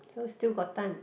so still got time